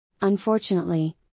Unfortunately